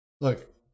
Look